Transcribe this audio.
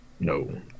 No